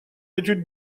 études